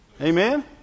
Amen